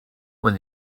when